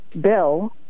bill